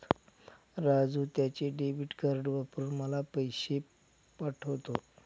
राजू त्याचे debit card वापरून मला पैसे पाठवतो